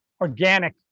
organic